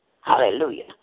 hallelujah